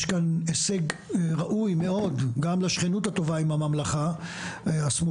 יש כאן הישג ראוי מאוד גם לשכנות הטובה עם הממלכה הסמוכה,